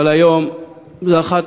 אבל היום זו אחת